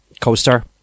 Co-star